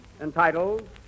entitled